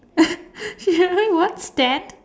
ya what stand